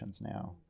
now